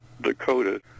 Dakota